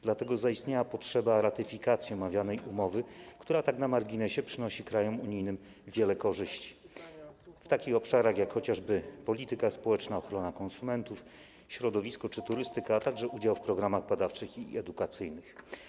Dlatego zaistniała potrzeba ratyfikacji omawianej umowy, która tak na marginesie przynosi krajom unijnym wiele korzyści w takich obszarach jak chociażby polityka społeczna, ochrona konsumentów, środowisko czy turystyka, a także wiąże się z udziałem w programach badawczych i edukacyjnych.